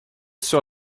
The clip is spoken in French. sur